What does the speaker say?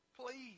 please